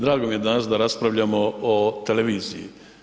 Drago mi je danas da raspravljamo o televiziji.